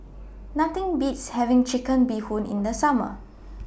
Nothing Beats having Chicken Bee Hoon in The Summer